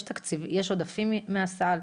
יש עודפים מהסל?